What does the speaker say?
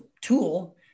tool